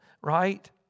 right